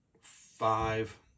five